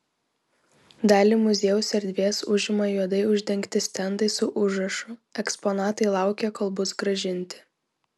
dalį muziejaus erdvės užima juodai uždengti stendai su užrašu eksponatai laukia kol bus grąžinti